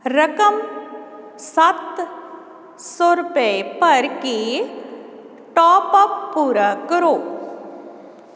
ਰਕਮ ਸੱਤ ਸੌ ਰੁਪਏ ਭਰ ਕੇ ਟਾਪਅਪ ਪੂਰਾ ਕਰੋ